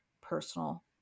personal